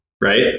right